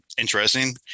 interesting